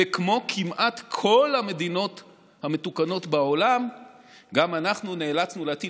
וכמו כמעט כל המדינות המתוקנות בעולם גם אנחנו נאלצנו להטיל